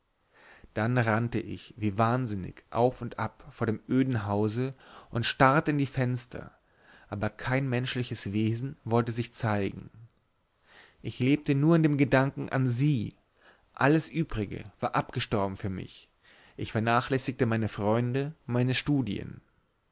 dann rannte ich wie wahnsinnig auf und ab vor dem öden hause und starrte in die fenster aber kein menschliches wesen wollte sich zeigen ich lebte nur in dem gedanken an sie alles übrige war abgestorben für mich ich vernachlässigte meine freunde meine studien